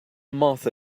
martha